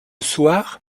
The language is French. soir